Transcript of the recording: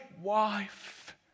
wife